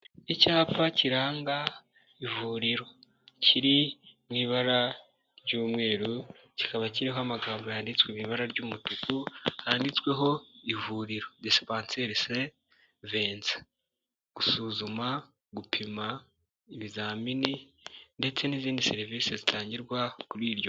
Icyapa kiranga ivuriro kiri mu ibara ry'umweru kikaba kiriho amagambo yanditswe mu ibara ry'umutuku handitsweho ivuriro disipanseri se Vincent, gusuzuma, gupima ibizamini ndetse n'izindi serivisi zitangirwa kuri iryo.